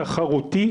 תחרותי,